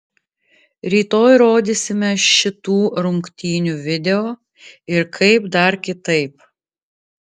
rytoj rodysime šitų rungtynių video ir kaip dar kitaip